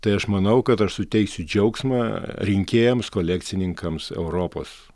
tai aš manau kad aš suteiksiu džiaugsmą rinkėjams kolekcininkams europos